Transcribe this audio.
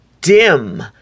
dim